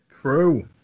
True